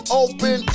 open